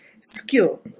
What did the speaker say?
skill